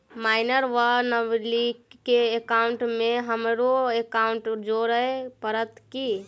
Minor वा नबालिग केँ एकाउंटमे हमरो एकाउन्ट जोड़य पड़त की?